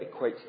equates